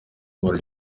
buryo